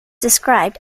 described